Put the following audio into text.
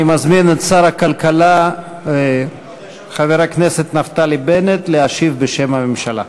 אני מזמין את שר הכלכלה חבר הכנסת נפתלי בנט להשיב בשם הממשלה.